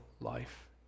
life